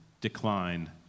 decline